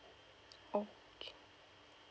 okay